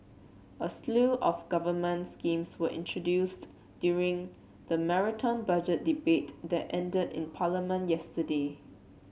a slew of government schemes was introduced during the Marathon Budget Debate that ended in Parliament yesterday